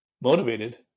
motivated